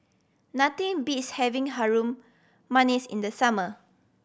nothing beats having Harum Manis in the summer